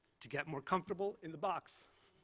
to get more comfortable in the box.